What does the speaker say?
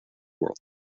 world